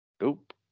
Nope